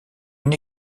une